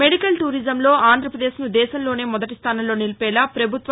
medical టూరిజంలో ఆంధ్రప్రదేశ్ను దేశంలోనే మొదటి స్థానంలో నిలిపేలా పభుత్వ